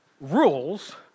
rules